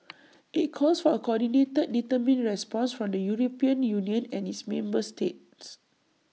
IT calls for A coordinated determined response from the european union and its member states